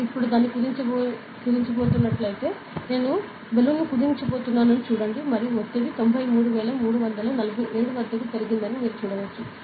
నేను ఇప్పుడు దాన్ని కుదించబోతున్నట్లయితే నేను బెలూన్ను కుదించబోతున్నానని చూడండి మరియు ఒత్తిడి 93347 పెరిగిందని మీరు చూడవచ్చు